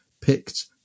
picked